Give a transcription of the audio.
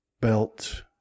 belt